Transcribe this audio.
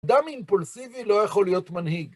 אדם אימפולסיבי לא יכול להיות מנהיג.